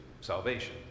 salvation